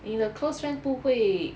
你的 close friend 不会